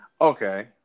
Okay